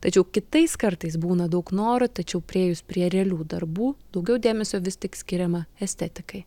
tačiau kitais kartais būna daug norų tačiau priėjus prie realių darbų daugiau dėmesio vis tik skiriama estetikai